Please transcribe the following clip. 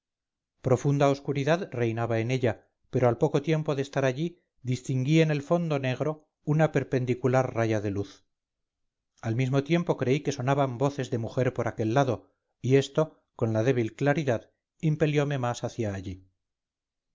profunda oscuridad reinaba en ella pero al poco tiempo de estar allí distinguí en el fondo negro una perpendicular raya de luz al mismo tiempo creí que sonaban voces de mujer por aquel lado y esto con la débil claridad impeliome más hacia allí